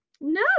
no